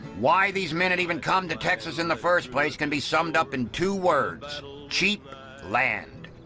why these men had even come to texas in the first place can be summed up in two words cheap land.